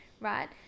right